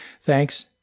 Thanks